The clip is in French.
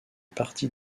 partie